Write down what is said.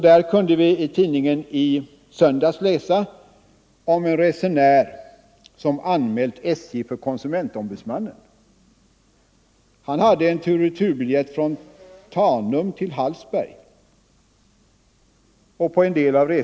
Vi kunde i söndagstidningen också läsa av olönsam om en resenär som hade anmält SJ för konsumentombudsmannen. Han = järnvägstrafik, hade en tur-och retur-biljett från Tanum till Hallsberg. På en del av om.m.